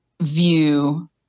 view